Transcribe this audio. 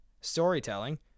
Storytelling